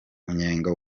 munyenga